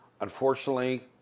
Unfortunately